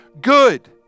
good